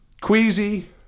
Queasy